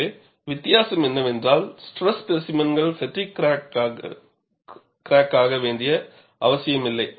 எனவே வித்தியாசம் என்னவென்றால் ஸ்ட்ரெஸ் ஸ்பேசிமென்கள் ஃப்பெட்டிக் கிராக்காக வேண்டிய அவசியமில்லை